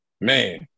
man